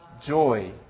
joy